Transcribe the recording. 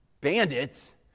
bandits